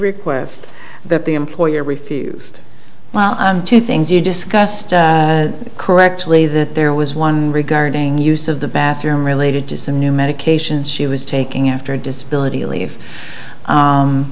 request that the employer refused to things you discussed correctly that there was one regarding use of the bathroom related to some new medication she was taking after a disability leave